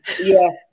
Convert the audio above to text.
Yes